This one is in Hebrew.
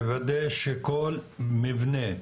לוודא שכל מבנה,